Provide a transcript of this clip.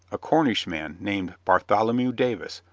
a cornishman named bartholomew davis,